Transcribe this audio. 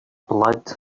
blood